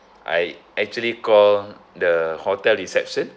I actually call the hotel reception